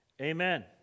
amen